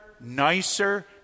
nicer